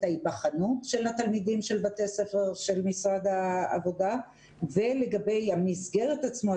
ההיבחנות של תלמידי בתי הספר של משרד העבודה ולגבי המסגרת עצמה,